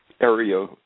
area